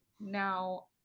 now